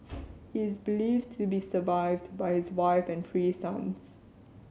he is believed to be survived by his wife and three sons